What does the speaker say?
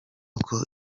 uko